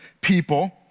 people